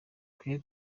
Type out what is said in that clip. twe